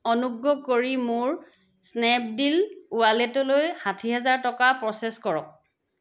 অনুগ্ৰহ কৰি মোৰ স্নেপডীল ৱালেটলৈ ষাঠি হাজাৰ টকা প্ৰ'চেছ কৰক